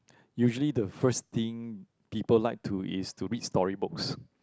usually the first thing people like to is to read story books